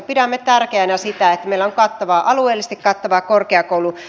pidämme tärkeänä sitä että meillä on alueellisesti kattava korkeakouluverkko